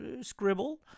scribble